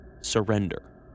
Surrender